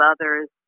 others